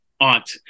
aunt